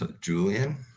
Julian